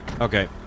Okay